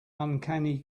uncanny